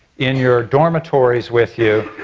in your dormatories with you,